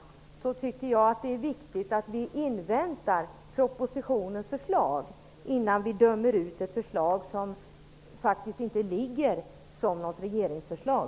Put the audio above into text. Därför tycker jag att det är viktigt att vi inväntar propositionens förslag innan vi dömer ut ett förslag som ännu inte är något regeringsförslag.